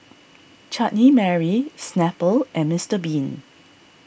Chutney Mary Snapple and Mister Bean